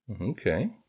Okay